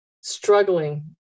struggling